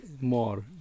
more